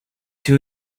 two